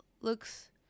looks